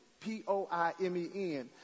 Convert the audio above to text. P-O-I-M-E-N